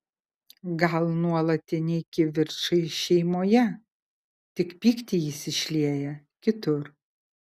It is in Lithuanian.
gal nuolatiniai kivirčai šeimoje tik pyktį jis išlieja kitur